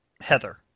Heather